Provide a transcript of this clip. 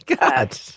God